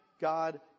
God